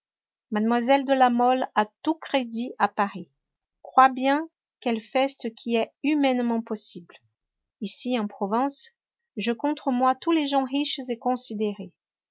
mlle de la mole a tout crédit à paris crois bien qu'elle fait ce qui est humainement possible ici en province j'ai contre moi tous les gens riches et considérés